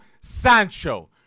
Sancho